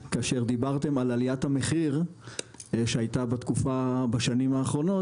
כאשר דיברתם על עליית המחיר שהייתה בשנים האחרונות,